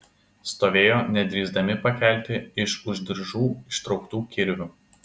stovėjo nedrįsdami pakelti iš už diržų ištrauktų kirvių